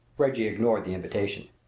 reggie ignored the invitation.